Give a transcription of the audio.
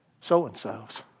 so-and-so's